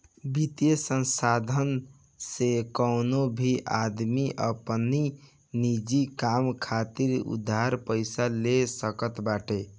वित्तीय संस्थान से कवनो भी आदमी अपनी निजी काम खातिर उधार पईसा ले सकत बाटे